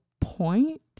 point